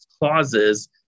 clauses